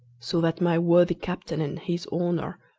so that my worthy captain and his owner,